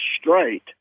straight